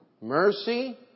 Mercy